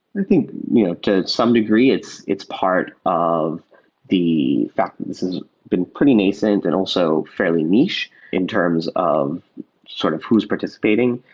i think to some degree, it's it's part of the fact that this has been pretty nascent and also fairly niche in terms of sort of who's participating.